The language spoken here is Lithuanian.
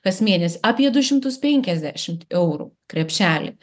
kas mėnesį apie du šimtus penkiasdešimt eurų krepšelį